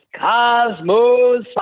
Cosmos